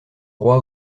roi